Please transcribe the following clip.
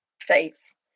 face